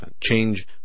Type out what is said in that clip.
change